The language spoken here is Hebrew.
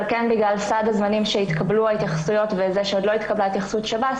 בגלל סד הזמנים שהתקבלו ההתייחסויות וזה שעוד לא התקבלה התייחסות שב"ס,